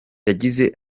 yagize